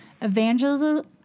Evangelism